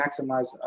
maximize